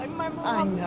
um my mom.